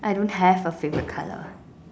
I don't have a favourite colour